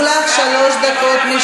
היו לך פה שלוש דקות,